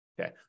okay